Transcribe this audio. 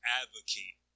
advocate